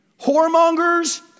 Whoremongers